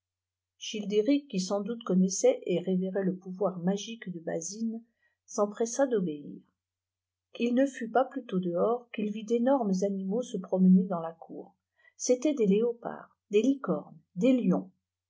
vu childéric qui sans doute connaissait et révérait le pouvoir magique debazine s'empressa d'obéir il ne fut pas plutôt dehors qu'il vit d'énormes animaux se promener dans la cour c'était des léopards des licornes des lions